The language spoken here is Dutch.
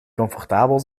comfortabel